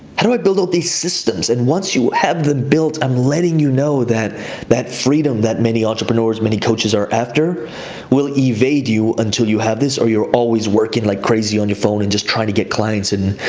how do i build out these systems? and once you have them built, i'm letting you know that that freedom, that many entrepreneurs, many coaches are after will evade you until you have this, or you're always working like crazy on your phone and just trying to get clients. and